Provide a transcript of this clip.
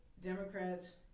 Democrats